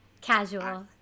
Casual